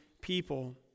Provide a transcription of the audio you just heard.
people